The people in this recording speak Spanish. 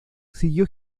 siguió